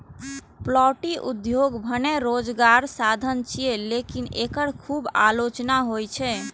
poultry उद्योग भने रोजगारक साधन छियै, लेकिन एकर खूब आलोचना होइ छै